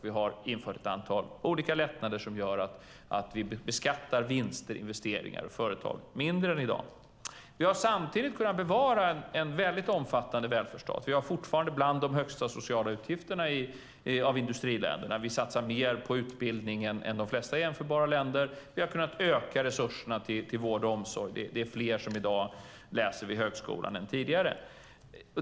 Vi har infört ett antal olika lättnader som gör att vi beskattar vinster, investeringar och företag mindre i dag. Samtidigt har vi kunnat bevara en väldigt omfattande välfärdsstat. Vi har fortfarande bland de högsta sociala utgifterna av industriländerna. Vi satsar mer på utbildning än de flesta jämförbara länder. Vi har ökat resurserna till vård och omsorg. Och det är fler som i dag läser vid högskolan än tidigare.